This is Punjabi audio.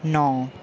ਨੌਂ